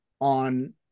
on